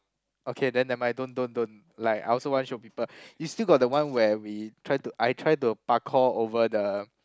okay then nevermind don't don't don't like I also want show people you still got the one where we tried to I tried to parkour over the